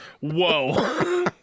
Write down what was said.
Whoa